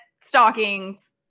stockings